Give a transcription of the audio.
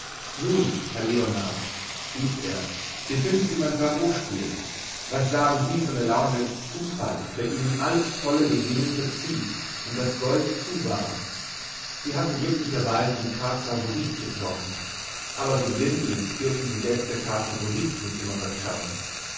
nun herr leonard rief er wie finden sie mein pharospiel was sagen sie von der laune des zufalls der ihnen alles tolle beginnen verzieh und das gold zuwarf sie hatten glücklicherweise die carte favorite getroffen aber so blindlings dürfen sie selbst der carte favorite nicht immer vertrauen